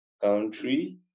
country